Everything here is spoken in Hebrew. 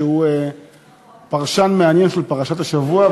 שהוא פרשן מעניין של פרשת השבוע,